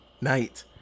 night